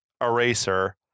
Eraser